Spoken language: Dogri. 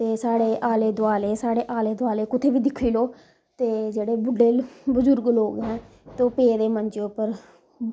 ते साढ़े आले दोआले साढ़े आले दोआले कुतै बी दिक्खी लैओ ते जेह्ड़े बुड्ढे बजुर्ग लोग ऐं ते ओह् पेदे मंजे उप्पर